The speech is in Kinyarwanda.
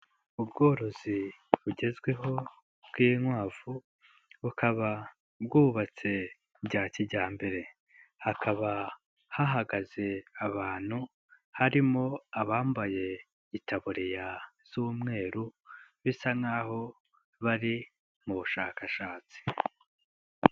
Ubworozi bugezweho bw'inkwavu, bukaba, bwubatse bya kijyambere. Hakaba hahagaze abantu, harimo abambaye itaburiya z'umweru, bisa n'aho bari mu bushakashatsi.